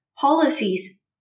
policies